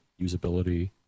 usability